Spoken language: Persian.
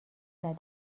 زده